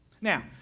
Now